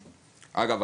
אגב,